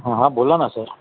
हां हां बोला ना सर